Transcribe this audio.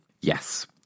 Yes